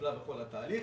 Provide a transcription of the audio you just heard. בכל התהליך.